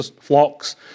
flocks